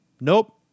Nope